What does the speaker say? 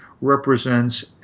represents